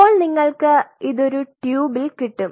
ഇപ്പോൾ നിങ്ങൾക്ക് ഇത് ഒരു ട്യൂബിൽ കിട്ടും